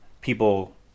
People